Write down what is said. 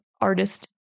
artist